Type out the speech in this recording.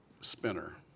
spinner